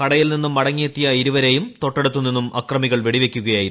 കടയിൽ നിന്നും മടങ്ങി എത്തിയ ഇരുവരെയും തൊട്ടടുത്തു നിന്നും അക്രമികൾ വെടിവയ്ക്കുകയായിരുന്നു